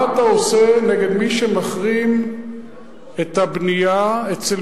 מה אתה עושה נגד מי שמחרים את הבנייה אצל